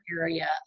area